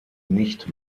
nicht